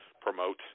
promote